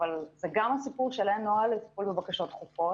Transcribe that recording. אבל וגם הסיפור שאין נוהל לטיפול בבקשות דחופות